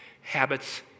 habits